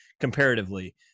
comparatively